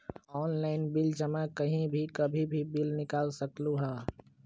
Online bill जमा कहीं भी कभी भी बिल निकाल सकलहु ह?